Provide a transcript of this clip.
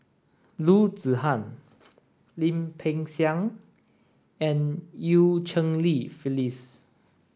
Loo Zihan Lim Peng Siang and Eu Cheng Li Phyllis